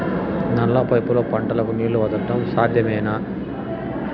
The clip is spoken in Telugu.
నల్ల పైపుల్లో పంటలకు నీళ్లు వదలడం సాధ్యమేనా?